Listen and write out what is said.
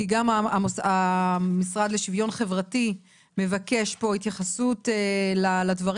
כי גם המשרד לשיווין חברתי מבקש פה התייחסות לדברים